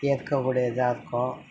ஏற்கக்கூடியதாக இருக்கும்